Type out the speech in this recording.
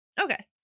Okay